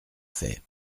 fait